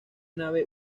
nave